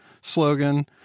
slogan